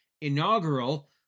inaugural